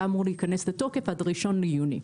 היה אמור להיכנס לתוקף עד האחד ביוני.